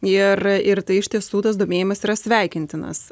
ir ir tai iš tiesų tas domėjimasis yra sveikintinas